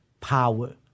power